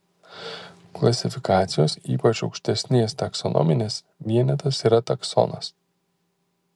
klasifikacijos ypač aukštesnės taksonominės vienetas yra taksonas